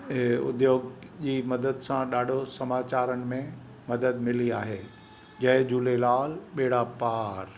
उद्योग जी मदद सां ॾाढो समाचारनि में मदद मिली आहे जय झूलेलाल ॿेड़ा पार